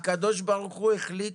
הקדוש ברוך הוא החליט